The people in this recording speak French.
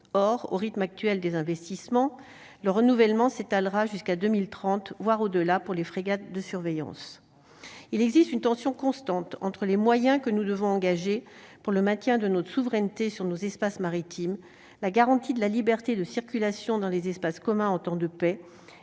or au rythme actuel des investissements le renouvellement s'étalera jusqu'à 2030, voire au-delà, pour les frégates de surveillance, il existe une tension constante entre les moyens que nous devons engager pour le maintien de notre souveraineté sur nos espaces maritimes la garantie de la liberté de circulation dans les espaces communs en temps de paix